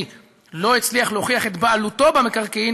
לא הצליח להוכיח את בעלותו במקרקעין,